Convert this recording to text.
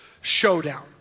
showdown